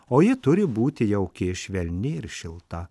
o ji turi būti jauki švelni ir šilta